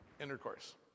intercourse